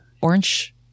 orange